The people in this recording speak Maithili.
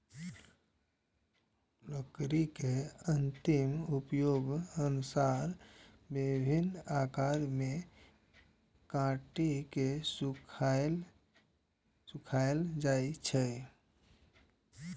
लकड़ी के अंतिम उपयोगक अनुसार विभिन्न आकार मे काटि के सुखाएल जाइ छै